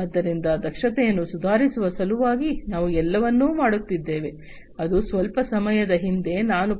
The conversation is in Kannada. ಆದ್ದರಿಂದ ದಕ್ಷತೆಯನ್ನು ಸುಧಾರಿಸುವ ಸಲುವಾಗಿ ನಾವು ಎಲ್ಲವನ್ನೂ ಮಾಡುತ್ತಿದ್ದೇವೆ ಅದು ಸ್ವಲ್ಪ ಸಮಯದ ಹಿಂದೆ ನಾನು